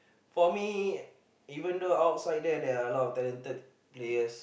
for me even though outside there there are a lot of talented players